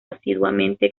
asiduamente